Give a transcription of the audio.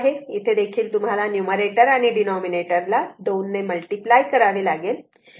तर इथे देखील तुम्हाला न्यूमरेटर आणि डिनोमिनिटर ला 2 ने मल्टिप्लाय करावे लागेल